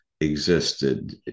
existed